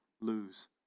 lose